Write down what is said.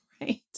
Right